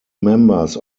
members